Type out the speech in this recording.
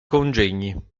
congegni